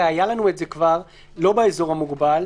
היה לנו את זה כבר לא באזור המוגבל,